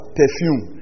perfume